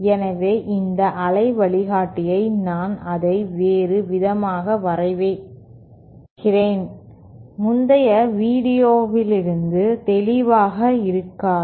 எனவே இந்த அலை வழிகாட்டியை நான் அதை வேறு விதமாக வரைகிறேன் முந்தைய வீடியோவிலிருந்து தெளிவாக இருக்காது